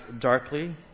darkly